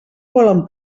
volen